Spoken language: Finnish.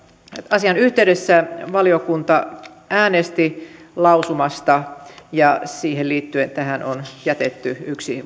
asian yhteydessä valiokunta äänesti lausumasta ja siihen liittyen tähän on jätetty yksi